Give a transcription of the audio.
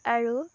আৰু